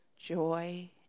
joy